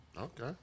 Okay